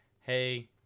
hey